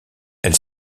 elle